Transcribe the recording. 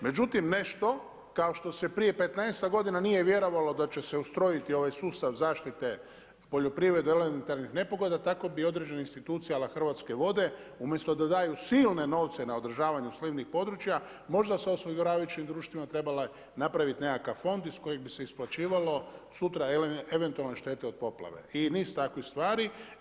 Međutim nešto, kao što se prije 15-ak godina nije vjerovalo da će se ustrojiti ovaj sustav zaštite poljoprivrede elementarnih nepogoda tako bi određene institucije a la Hrvatske vode umjesto da daju silne novce na održavanju slivnih područja možda sa osiguravajućim društvima trebale napraviti nekakav fond iz kojeg bi se isplaćivalo sutra eventualne štete od poplave i niz takvih stvari.